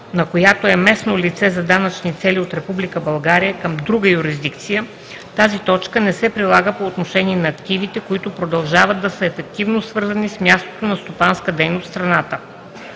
на която е местно лице за данъчни цели от Република България към друга юрисдикция; тази точка не се прилага по отношение на активите, които продължават да са ефективно свързани с място на стопанска дейност в страната;